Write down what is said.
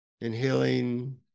inhaling